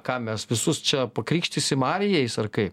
ką mes visus čia pakrikštysim arijais ar kaip